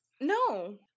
No